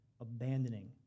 abandoning